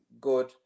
good